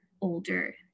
older